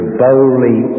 boldly